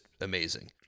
amazing